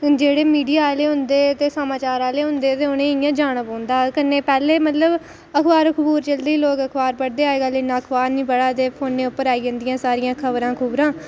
ते जेह्ड़े मीडिया आह्ले होंदे हे समाचार आह्ले होंदे हे उनेंगी इंया जाना पौंदा हा ते कन्नै पैह्लें मतलब अखबार चलदी ते लोक अखबार पढ़दे हे ते कन्नै इन्ना अखबार निं पढ़ा दे फोनै पर आई जंदियां सारियां खबरां